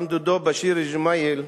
גם דודו, באשיר ג'מאייל,